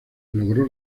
logró